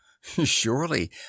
Surely